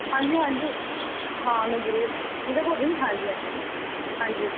ਹਾਂਜੀ ਹਾਂਜੀ ਹਾਂ ਮੈਂ ਜ਼ਰੂਰ ਹਾਂਜੀ ਹਾਂਜੀ ਹਾਂਜੀ